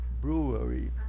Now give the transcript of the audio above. brewery